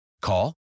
Call